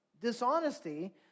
dishonesty